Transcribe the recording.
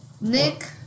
Nick